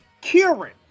Kieran